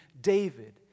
David